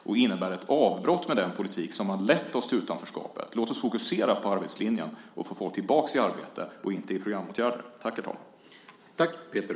Det innebär ett avbrott för den politik som har lett oss till utanförskapet. Låt oss fokusera på arbetslinjen och få människor tillbaka i arbete och inte i programåtgärder.